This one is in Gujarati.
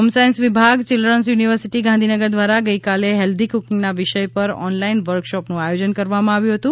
હોમ સાયન્સ વિભાગ ચિલ્ડ્રન્સ યુનીવર્સીટી ગાંધીનગર ધ્વારા ગઇકાલે હેલ્ધી કુકીંગના વિષય પર ઓનલાઇન વર્કશોપનું આયોજન કરવામાં આવ્યું હતું